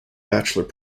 bachelor